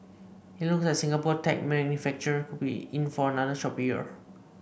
it looks like Singapore tech manufacturer could be in for another choppy year